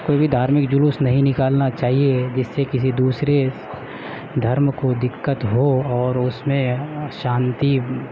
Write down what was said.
کوئی بھی دھارمک جلوس نہیں نکالنا چاہیے جس سے کسی دوسرے دھرم کو دقت ہو اور اس میں شانتی